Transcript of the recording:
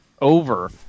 over